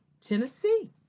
Tennessee